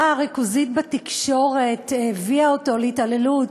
ריכוזית בתקשורת הביאה אותו להתעללות,